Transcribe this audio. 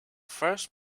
first